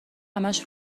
همش